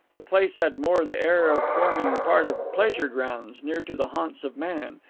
the place had more the air of forming part of pleasure grounds near to the haunts of man,